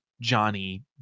Johnny